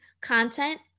content